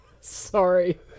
Sorry